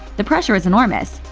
the pressure is enormous.